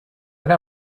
elle